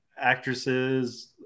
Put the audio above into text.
actresses